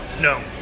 no